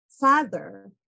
father